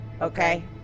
Okay